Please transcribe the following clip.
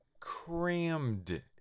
crammed